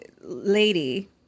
lady